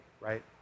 right